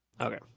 Okay